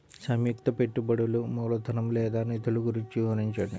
సంయుక్త పెట్టుబడులు మూలధనం లేదా నిధులు గురించి వివరించండి?